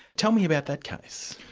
tell me about that case.